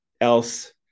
else